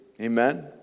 Amen